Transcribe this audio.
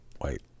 white